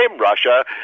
Russia